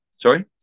Sorry